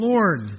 Lord